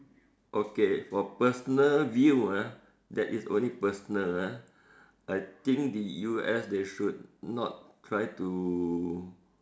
okay for personal view ah that it is only personal ah I think the U_S they should try not to